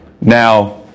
Now